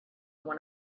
one